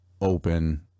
open